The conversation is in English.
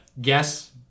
guess